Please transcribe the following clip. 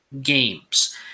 games